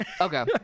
Okay